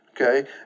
Okay